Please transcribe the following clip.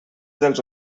dels